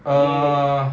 uh